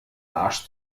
arsch